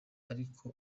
ariko